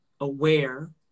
aware